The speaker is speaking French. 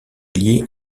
liée